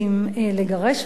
לגרש אותם?